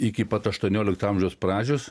iki pat aštuoniolikto amžiaus pradžios